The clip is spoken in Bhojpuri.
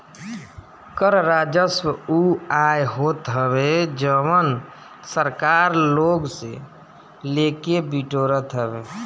कर राजस्व उ आय होत हवे जवन सरकार लोग से लेके बिटोरत हवे